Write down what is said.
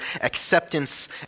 acceptance